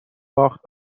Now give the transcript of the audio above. باخت